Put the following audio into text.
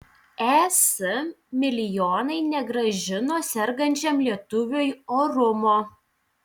es milijonai negrąžino sergančiam lietuviui orumo